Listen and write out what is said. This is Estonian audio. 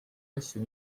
asju